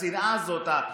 השנאה הזאת,